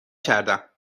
کردم